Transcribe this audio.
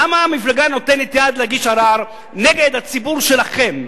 למה המפלגה נותנת יד להגיש ערר נגד הציבור שלכם?